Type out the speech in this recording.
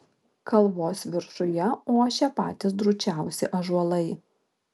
kalvos viršuje ošė patys drūčiausi ąžuolai